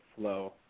flow